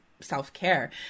self-care